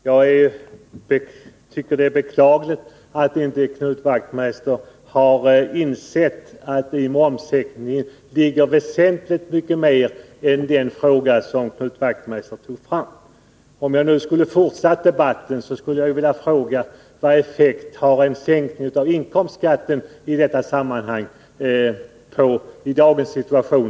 Herr talman! Jag tycker att det är beklagligt att inte Knut Wachtmeister har insett att det i momssänkningen ligger väsentligt mycket mer än vad han tog upp. Om vi nu skall fortsätta debatten vill jag fråga: Vilken effekt har en sänkning av inkomstskatten i dagens situation?